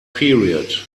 period